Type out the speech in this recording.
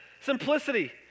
Simplicity